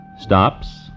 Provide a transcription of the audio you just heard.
stops